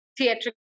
theatrical